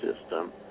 system